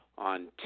On